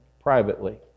privately